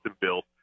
built